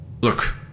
Look